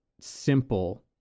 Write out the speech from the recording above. simple